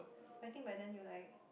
I think by then you like